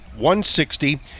160